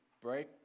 break